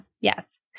Yes